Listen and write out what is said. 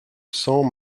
cents